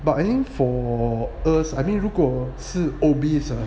but I think for us I mean 如果是 obese eh